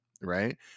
right